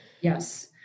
Yes